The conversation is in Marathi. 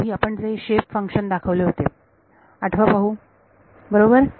खूप आधी आपण जे शेप फंक्शन दाखवले होते ते आठवा पाहू बरोबर